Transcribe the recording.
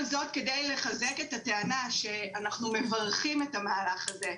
כל זאת כדי לחזק את הטענה שאנחנו מברכים את המהלך הזה.